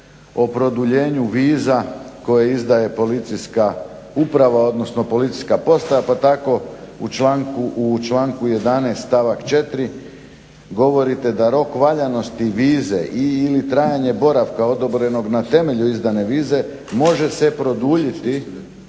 o produljenju viza koje izdaje policijska uprava, odnosno policijska postaja pa tako u članku 11. stavak 4. govorite da rok valjanosti vize i/ili trajanje boravka odobrenog na temelju izdane vize može se produljiti